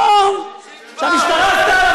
זה לא עסק פרטי.